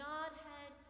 Godhead